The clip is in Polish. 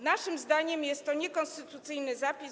Naszym zdaniem jest to niekonstytucyjny zapis.